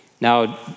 Now